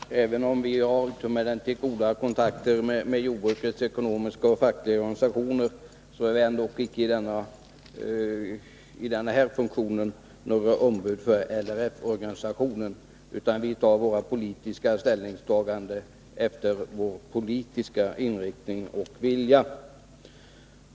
Herr talman! Även om vi har utomordentligt goda kontakter med jordbrukets ekonomiska och fackliga organisationer, är vi inte i det här sammanhanget några ombud för LRF. Vi tar politisk ställning med hänsyn till vår politiska inriktning och vilja.